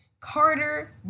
Carter